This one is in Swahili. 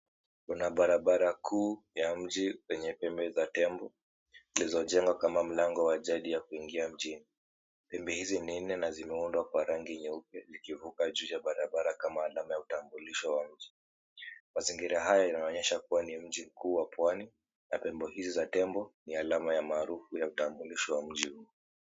Kuna barabara kuu ya mji wenye pembe za tembo zilizojengwa kama mlango wa jadi ya kuingia mjini. 𝑃embe hizi ni nne na zimeundwa kwa rangi nyeupe vikivuka juu ya barabara kama alama ya utambulisho wa mji. Mazingira haya yanaonyesha kuwa ni mji mkuu wa pwani na pembe hizi za tembo ni alama ya umarufu ya utambulishi wa mji huu.